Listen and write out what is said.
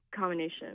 combination